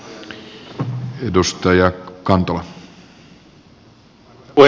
arvoisa puhemies